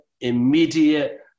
immediate